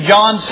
John